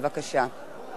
בבקשה.